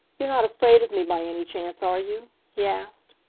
you're not afraid of me, by any chance, are you? he asked.